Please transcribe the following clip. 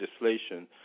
legislation